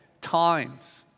times